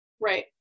Right